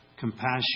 Compassion